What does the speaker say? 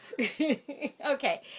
Okay